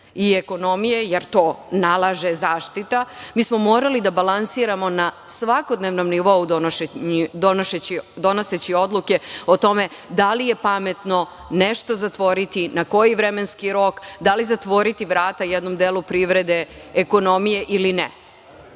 i ekonomije, jer to nalaže zaštita, mi smo morali da balansiramo na svakodnevnom nivou donoseći odluke o tome da li je pametno nešto zatvoriti, na koji vremenski rok, da li zatvoriti vrata jednom delu privrede, ekonomije ili